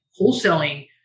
wholesaling